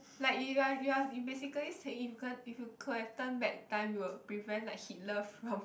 like you are you are you basically saying if you can't if you could have turned back time you would prevent like Hitler from